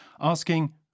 asking